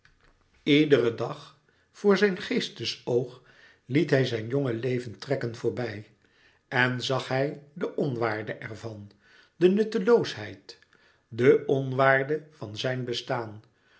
iederen dag voor zijn geestes oog liet hij zijn jonge leven trekken voorbij en zag hij de onwaarde ervan de nutteloosheid de onwaarde van zijn bestaan